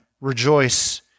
rejoice